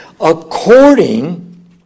according